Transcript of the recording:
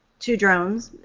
to drones,